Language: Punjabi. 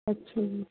ਅੱਛਾ ਜੀ